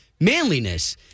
manliness